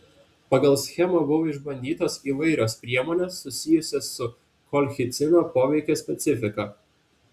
pagal schemą buvo išbandytos įvairios priemonės susijusios su kolchicino poveikio specifika